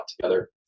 together